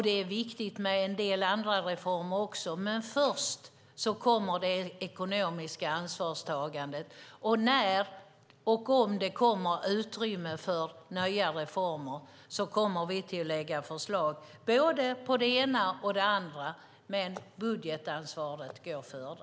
Det är viktigt med en del andra reformer också, men först kommer det ekonomiska ansvarstagandet. När och om det blir utrymme för nya reformer kommer vi att lägga fram förslag på både det ena och det andra, men budgetansvaret går före.